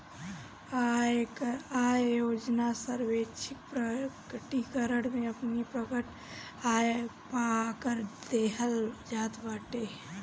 आय योजना स्वैच्छिक प्रकटीकरण में अपनी प्रकट आय पअ कर देहल जात बाटे